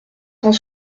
cent